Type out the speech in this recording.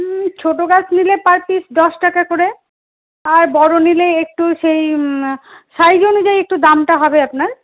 হুম ছোটো গাছ নিলে পার পিস দশ টাকা করে আর বড়ো নিলে একটু সেই সাইজ অনুযায়ী একটু দামটা হবে আপনার